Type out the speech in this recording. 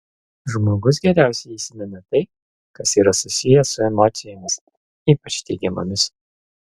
žmogus geriausiai įsimena tai kas yra susiję su emocijomis ypač teigiamomis